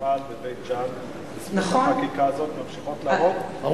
בזכות החקיקה הזאת ממשיכות לעבוד, נכון.